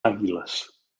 àguiles